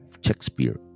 Shakespeare